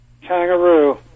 Kangaroo